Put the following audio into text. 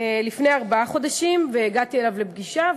לפני ארבעה חודשים והגעתי אליו לפגישה,